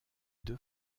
deux